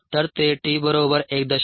तर ते t बरोबर 1